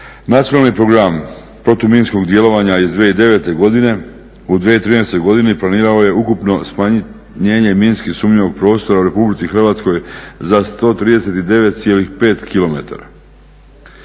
Nacionalni program protuminskog djelovanja iz 2009. godine u 2013. godini planirao je ukupno smanjenje minski sumnjivog prostora u Republici Hrvatskoj za 139,5